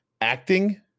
acting